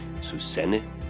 Susanne